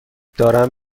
دارم